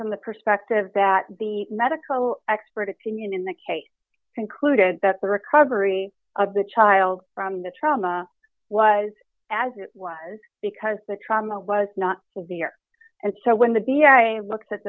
from the perspective that the medical expert opinion in the case concluded that the recovery of the child from the trauma was as it was because the trauma was not for the year and so when the da looked at